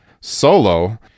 solo